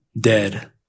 dead